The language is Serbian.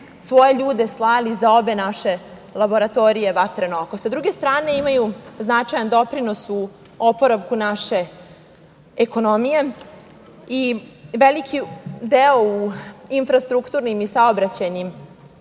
svoje ljude slali za obe naše laboratorije „Vatreno oko“.Sa druge strane, imaju značajan doprinos u oporavku naše ekonomije i veliki deo u infrastrukturnim i saobraćajnim